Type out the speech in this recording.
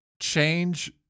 change